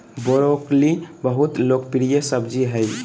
broccoli बहुत लोकप्रिय सब्जी हइ